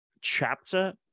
chapter